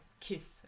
kiss